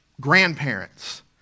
grandparents